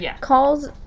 calls